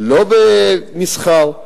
לא במסחר,